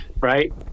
right